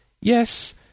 yes